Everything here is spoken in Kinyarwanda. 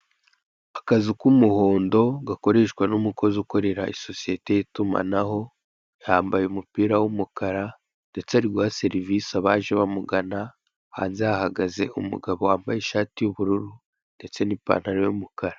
Akazu k'umuhondo gakoreshwa n'umukozi ukorera isosiyete y'itumanaho, yambaye umupira w'umukara, ndetse ari guha serivise abaje bamugana, hanze hahagaze umugabo wambaye ishati y'ubururu ndetse n'ipantaro y'umukara.